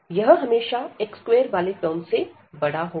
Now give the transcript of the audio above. यह हमेशा x2 वाले टर्म से बड़ा होगा